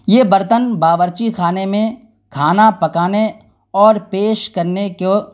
یہ برتن باورچی خانے میں کھانا پکانے اور پیش کرنے کو